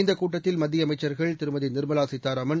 இந்தக் கூட்டத்தில் மத்திய அமைச்சர்கள் திருமதி நிர்மலா சீதாராமன்